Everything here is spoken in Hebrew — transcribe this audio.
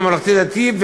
ממלכתי-דתי,